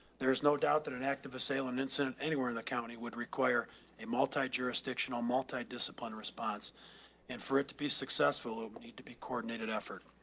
there is no doubt that an active assailant incident anywhere in the county would require a multi-jurisdictional multidiscipline response and for it to be successful we ah need to be coordinated effort.